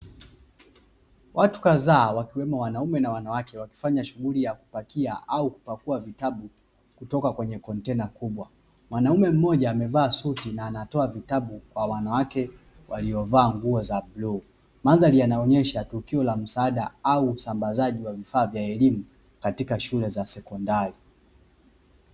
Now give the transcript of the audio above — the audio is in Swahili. Watu kadhaa wakiwemo wanaume na wanawake wakifanya shughuli ya kupakia au kupakua vitabu, kutoka kwenye kontena kubwa. Mwanaume mmoja amevaa suti na anatoa vitabu kwa wanawake waliovaa nguo za bluu. Mandhari yanaonyesha tukio la msaada au usambazaji wa vifaa vya elimu katika shule ya sekondari.